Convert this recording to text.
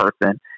person